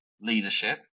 leadership